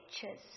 pictures